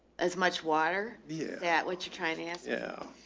as much water? yeah. what you're trying to ask. yeah.